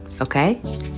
Okay